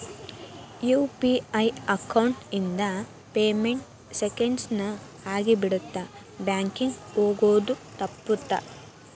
UPI account ಇಂದ payment seconds ನ ಆಗಿಬಿಡತ್ತ ಬ್ಯಾಂಕಿಂಗ್ ಹೋಗೋದ್ ತಪ್ಪುತ್ತ